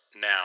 Now